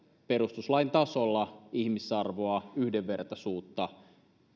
perustuslain tasolla ihmisarvoa ja yhdenvertaisuutta